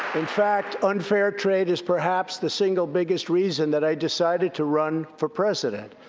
in fact, unfair trade is perhaps the single biggest reason that i decided to run for president.